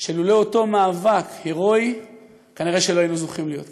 שלולא אותו מאבק הירואי כנראה לא היינו זוכים להיות פה.